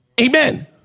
Amen